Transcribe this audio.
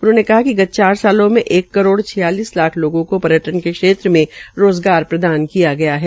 उन्होंने कहा कि गत चार वर्षो में एक करोड़ छियालिस लाख लोगों को पर्यटन के क्षेत्र मे रोज़गार प्रदान किया गया है